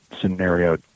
scenario